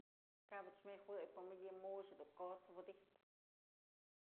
Kap ëch nëjuëy pa'a mëdyë mu'ux dun kot's widyjpë.